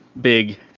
big